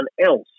else